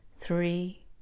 three